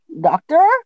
Doctor